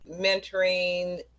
mentoring